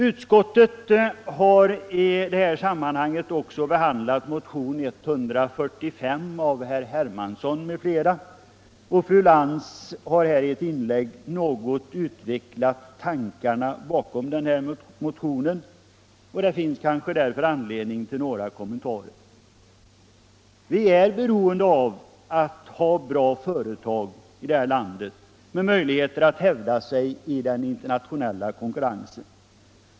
Utskottet har i det här sammanhanget också behandlat motion 145 av herr Hermansson m.fl. och fru Lantz hari ett inlägg utvecklat tankarna bakom den motionen något. Det finns därför anledning till några kommentarer. Vi är beroende av bra företag i det här landet med möjligheter att hävda sig i den internationella konkurrensen.